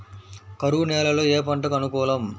కరువు నేలలో ఏ పంటకు అనుకూలం?